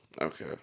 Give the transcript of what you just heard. Okay